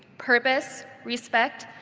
purpose, respect,